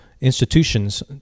institutions